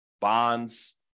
bonds